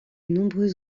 nombreux